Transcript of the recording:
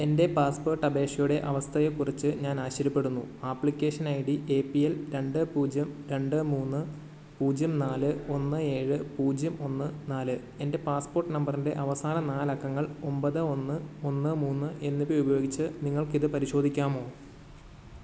എൻ്റെ പാസ്പോർട്ട് അപേക്ഷയുടെ അവസ്ഥയെക്കുറിച്ച് ഞാനാശ്ചര്യപ്പെടുന്നു application I D A P L രണ്ട് പൂജ്യം രണ്ട് മൂന്ന് പൂജ്യം നാല് ഒന്ന് ഏഴ് പൂജ്യം ഒന്ന് നാല് എൻ്റെ പാസ്പോർട്ട് നമ്പറിൻ്റെ അവസാന നാലക്കങ്ങൾ ഒൻപത് ഒന്ന് ഒന്ന് മൂന്ന് എന്നിവ ഉപയോഗിച്ച് നിങ്ങൾക്കിത് പരിശോധിക്കാമോ